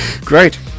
Great